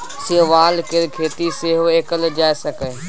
शैवाल केर खेती सेहो कएल जा सकै छै